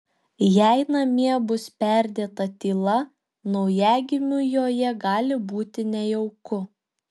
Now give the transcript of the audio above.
jei namie bus perdėta tyla naujagimiui joje gali būti nejauku